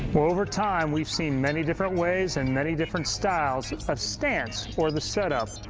over time we've seen many different ways and many different styles of stance, or the set up.